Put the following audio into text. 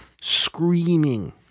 screaming